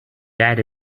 that